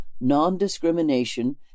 non-discrimination